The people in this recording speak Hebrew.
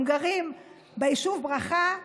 הם גרים ביישוב ברכה,